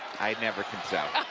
i never can tell.